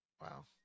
Wow